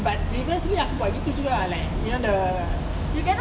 but previously aku buat gitu juga I like you know the